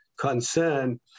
concern